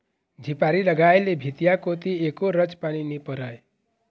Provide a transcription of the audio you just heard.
झिपारी लगाय ले भीतिया कोती एको रच पानी नी परय